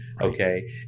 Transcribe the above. okay